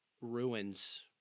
ruins